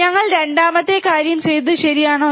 ഞങ്ങൾ രണ്ടാമത്തെ കാര്യം ചെയ്യുന്നത് ശരിയാണോ